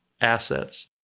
assets